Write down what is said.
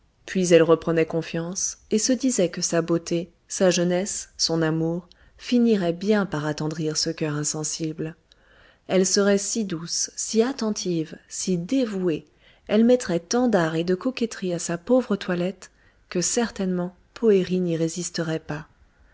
puis elle reprenait confiance et se disait que sa beauté sa jeunesse son amour finiraient bien par attendrir ce cœur insensible elle serait si douce si attentive si dévouée elle mettrait tant d'art et de coquetterie à sa pauvre toilette que certainement poëri n'y résisterait pas